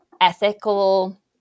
ethical